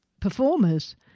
performers